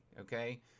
okay